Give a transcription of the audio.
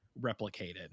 replicated